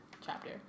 chapter